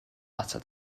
atat